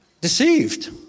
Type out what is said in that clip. deceived